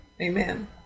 Amen